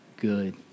good